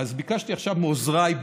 ביקשתי עכשיו מעוזריי,